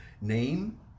name